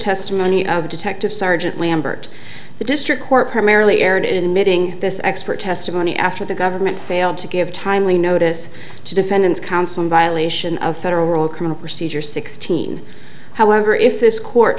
testimony of detective sergeant lambert the district court primarily aired emitting this expert testimony after the government failed to give timely notice to defendant's counsel in violation of federal criminal procedure sixteen however if this court